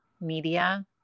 media